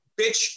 bitch